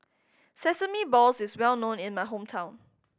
sesame balls is well known in my hometown